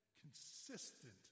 consistent